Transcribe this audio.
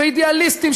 ואידאליסטיים,